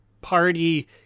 party